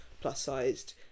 plus-sized